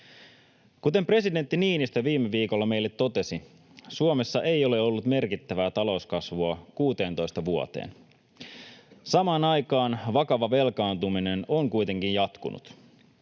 Kuten presidentti Niinistö viime viikolla meille totesi, Suomessa ei ole ollut merkittävää talouskasvua 16 vuoteen. Samaan aikaan vakava velkaantuminen on kuitenkin jatkunut.